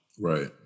Right